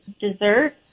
dessert